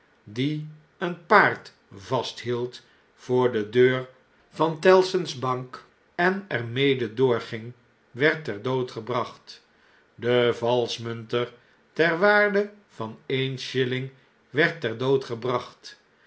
die een paard vasthield voor de deur van tellson's bank en er mede doorging werd ter dood gebracht de valsch munter ter waarde van een shilling werd ter dood gebracht